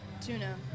Tuna